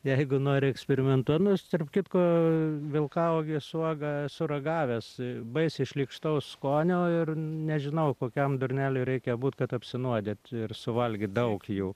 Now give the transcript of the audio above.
jeigu nori eksperimentuot nors tarp kitko vilkauogės uogą esu ragavęs baisiai šlykštaus skonio ir nežinau kokiam durneliui reikia būt kad apsinuodyt ir suvalgyt daug jų